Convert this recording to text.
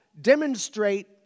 demonstrate